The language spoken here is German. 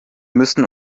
müssen